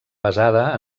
basada